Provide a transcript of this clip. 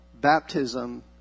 baptism